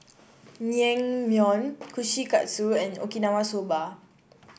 Naengmyeon Kushikatsu and Okinawa Soba